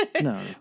No